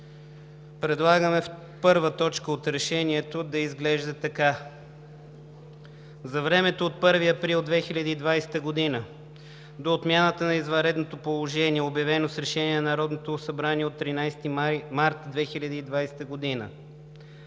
Предлагаме първа точка от Решението да изглежда така: „1. За времето от 1 април 2020 г. до отмяната на извънредното положение, обявено с Решение на Народното събрание от 13 март 2020 г.,